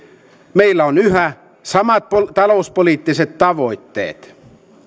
meillä on yhä samat talouspoliittiset tavoitteet